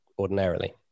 ordinarily